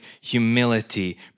humility